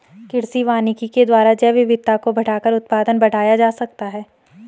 कृषि वानिकी के द्वारा जैवविविधता को बढ़ाकर उत्पादन बढ़ाया जा सकता है